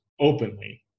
openly